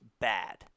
bad